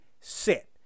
sit